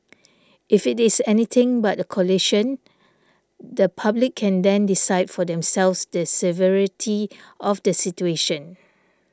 if it is anything but a collision the public can then decide for themselves the severity of the situation